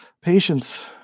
Patience